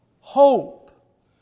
hope